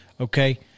Okay